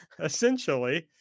Essentially